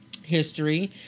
history